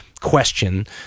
question